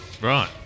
Right